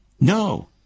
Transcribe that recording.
No